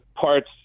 parts